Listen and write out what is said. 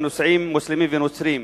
לנוסעים מוסלמים ונוצרים.